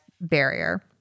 barrier